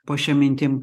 po šia mintim